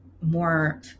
more